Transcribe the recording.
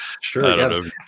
Sure